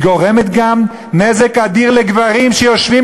היא גורמת גם נזק אדיר לגברים שיושבים